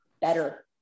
better